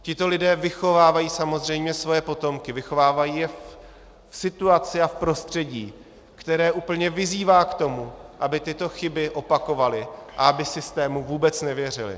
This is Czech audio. Tito lidé vychovávají samozřejmě své potomky, vychovávají je v situaci a v prostředí, které úplně vyzývá k tomu, aby tyto chyby opakovali a aby systému vůbec nevěřili.